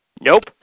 Nope